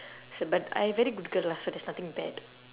so but I very good girl lah so there's nothing bad